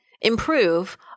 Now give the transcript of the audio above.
improve